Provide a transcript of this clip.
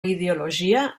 ideologia